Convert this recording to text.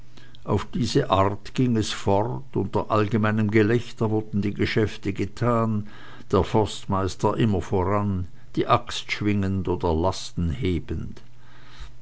auf diese art ging es fort unter allgemeinem gelächter wurden die geschäfte getan der forstmeister immer voran die axt schwingend oder lasten hebend